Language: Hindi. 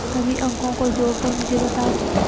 सभी अंकों को जोड़कर मुझे बताओ